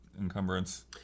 encumbrance